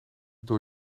door